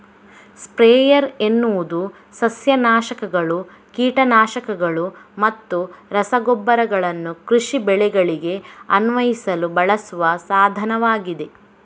sprayer ಎನ್ನುವುದು ಸಸ್ಯ ನಾಶಕಗಳು, ಕೀಟ ನಾಶಕಗಳು ಮತ್ತು ರಸಗೊಬ್ಬರಗಳನ್ನು ಕೃಷಿ ಬೆಳೆಗಳಿಗೆ ಅನ್ವಯಿಸಲು ಬಳಸುವ ಸಾಧನವಾಗಿದೆ